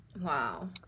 Wow